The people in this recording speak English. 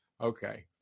Okay